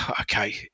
okay